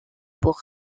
pour